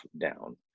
down